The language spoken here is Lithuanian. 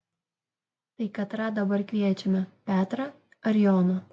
tai katrą dabar kviečiame petrą ar joną